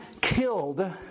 killed